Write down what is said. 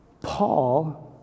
Paul